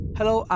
Hello